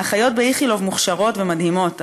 האחיות באיכילוב מוכשרות ומדהימות,